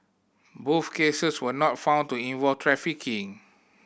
both cases were not found to involve trafficking